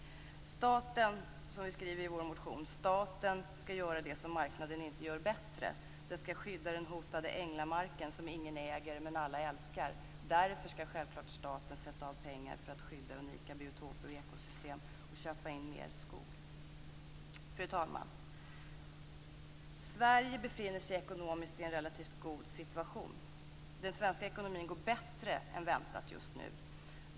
Staten skall göra det som marknaden inte gör bättre, som vi skriver i vår motion. Den skall skydda den hotade änglamarken, som ingen äger men alla älskar. Därför skall staten självklart sätta av pengar för att skydda unika biotoper och ekosystem och köpa in mer skog. Fru talman! Sverige befinner sig i en relativt god ekonomisk situation. Den svenska ekonomin går bättre än väntat just nu.